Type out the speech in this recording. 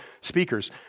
speakers